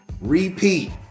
Repeat